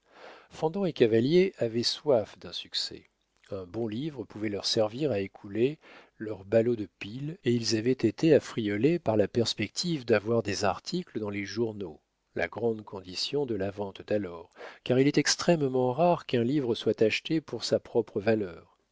et cavalier avaient soif d'un succès un bon livre pouvait leur servir à écouler leurs ballots de pile et ils avaient été affriolés par la perspective d'avoir des articles dans les journaux la grande condition de la vente d'alors car il est extrêmement rare qu'un livre soit acheté pour sa propre valeur